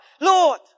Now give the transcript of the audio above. Lord